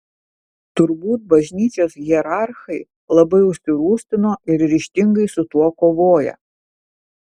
turbūt bažnyčios hierarchai labai užsirūstino ir ryžtingai su tuo kovoja